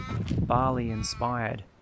Bali-inspired